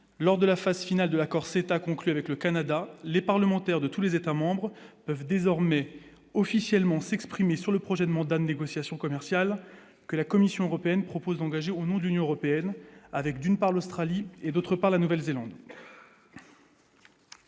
lors de la phase finale de l'accord CETA conclu avec le Canada, les parlementaires de tous les États membres peuvent désormais officiellement s'exprimer sur le projet de mandat de négociation commerciale que la Commission européenne propose d'engager au nom de l'Union européenne avec d'une part, l'Australie et d'autre part, la Nouvelle-Zélande.